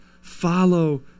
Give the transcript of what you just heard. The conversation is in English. follow